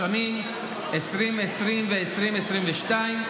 בשנים 2020 2022,